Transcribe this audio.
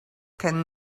can